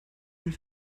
and